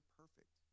perfect